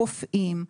רופאים,